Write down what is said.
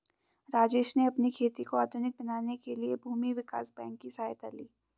राजेश ने अपनी खेती को आधुनिक बनाने के लिए भूमि विकास बैंक की सहायता ली